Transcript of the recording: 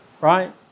right